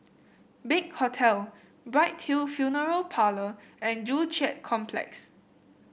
Big Hotel Bright Hill Funeral Parlour and Joo Chiat Complex